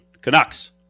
Canucks